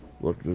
look